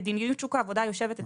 מדיניות שוק העבודה יושבת אצלנו.